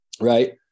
right